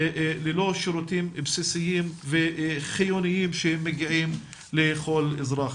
ללא שירותים בסיסיים וחיוניים שמגיעים לכל אזרח.